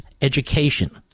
education